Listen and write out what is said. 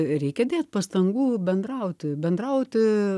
reikia dėt pastangų bendrauti bendrauti